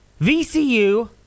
vcu